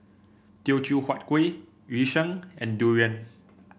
Teochew Huat Kuih Yu Sheng and durian